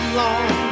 long